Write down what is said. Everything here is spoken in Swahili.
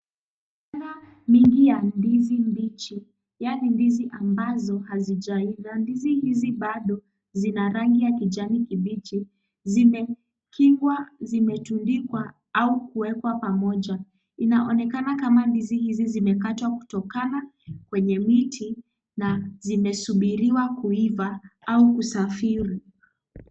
Migomba mingi ya ndizi mbichi, yaani ambazo hazijaiva. Ndizi hizi bado zina rangi ya kijani kibichi. Zimekingwa zimetundikwa au kuwekwa pamoja. Inaonekana kama ndizi hizi zimekatwa kutokana kwenye miti, na zimesubiriwa kuiva au kusafiri.